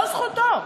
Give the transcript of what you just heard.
לא זכותו,